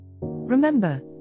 Remember